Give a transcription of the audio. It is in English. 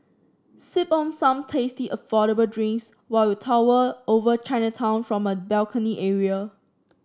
sip on some tasty affordable drinks while you tower over Chinatown from the balcony area